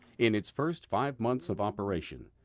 in its first five months of operation,